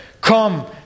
come